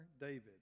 David